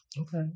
Okay